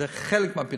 זה חלק מהפתרון.